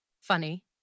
funny